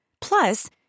Plus